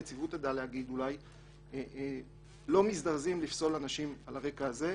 לא מזדרזים לפסול אנשים על הרקע הזה.